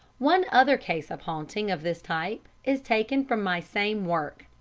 one other case of haunting of this type is taken from my same work.